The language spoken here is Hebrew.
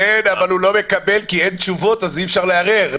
אבל הוא לא מקבל כי אין תשובות אז אי-אפשר לערער.